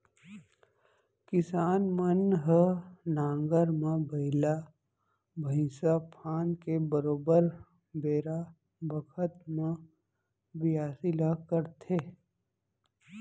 किसान मन ह नांगर म बइला भईंसा फांद के बरोबर बेरा बखत म बियासी ल करथे